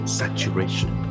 saturation